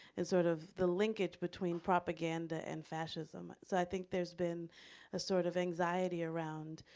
and sort of the linkage between propaganda and fascism. so i think there's been a sort of anxiety around,